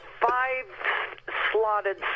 five-slotted